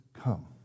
come